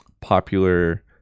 popular